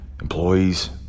employees